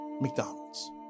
McDonald's